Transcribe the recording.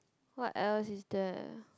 what else is there